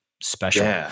special